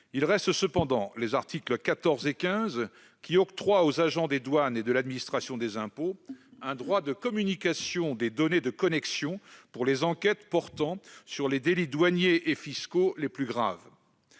Il reste cependant les articles 14 et 15, qui octroient aux agents des douanes et de l'administration des impôts un droit de communication des données de connexion pour les enquêtes portant sur les délits douaniers et fiscaux les plus graves.